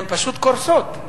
הן פשוט קורסות.